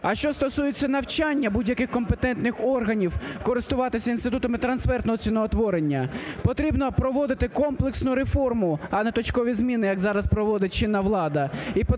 А що стосується навчання будь-яких компетентних органів користуватися інститутами трансфертного ціноутворення, потрібно проводити комплексну реформу, а не точкові зміни, як зараз проводить чинна влада.